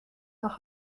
nach